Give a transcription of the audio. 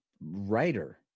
writer